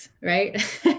right